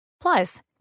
Plus